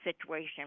situation